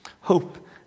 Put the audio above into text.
Hope